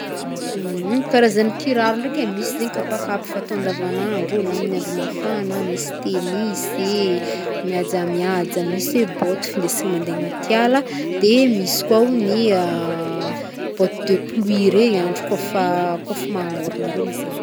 Karazagny kiraro ndraiky e, misy zegny kapakapa, fatao andavan'andro ô, na amin'ny andro mafana, misy tennis e, mihajamihaja, misy hoe boty findesigny mandeha agnaty ala misy koa ny botte de pluie regny, andro kaofa kaofa magnorana regny izy.